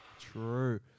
True